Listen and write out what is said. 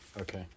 Okay